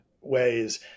ways